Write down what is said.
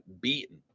beaten